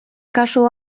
kasu